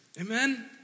Amen